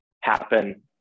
happen